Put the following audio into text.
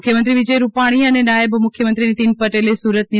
મુખ્યમંત્રી વિજય રૂપાણી અને નાયબ મુખ્યમંત્રી નિતીન પટેલે સુરતની